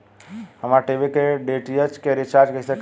हमार टी.वी के डी.टी.एच के रीचार्ज कईसे करेम?